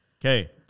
Okay